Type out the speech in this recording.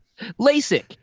LASIK